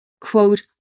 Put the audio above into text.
quote